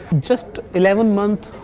just eleven month,